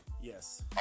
Yes